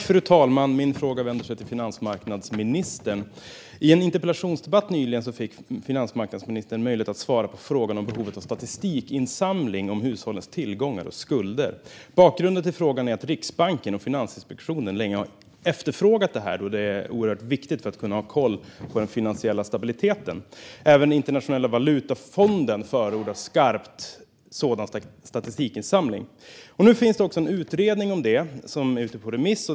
Fru talman! I en interpellationsdebatt nyligen fick finansmarknadsministern möjlighet att svara på frågan om behovet av statistikinsamling om hushållens tillgångar och skulder. Bakgrunden till frågan är att Riksbanken och Finansinspektionen länge har efterfrågat detta, då det är oerhört viktigt för att kunna ha koll på den finansiella stabiliteten. Även Internationella valutafonden förordar skarpt sådan statistikinsamling. Nu finns det också en utredning om detta som är ute på remiss.